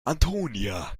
antonia